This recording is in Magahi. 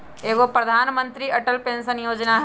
एगो प्रधानमंत्री अटल पेंसन योजना है?